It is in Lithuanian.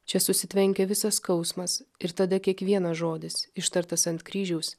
čia susitvenkia visas skausmas ir tada kiekvienas žodis ištartas ant kryžiaus